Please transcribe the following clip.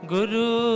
Guru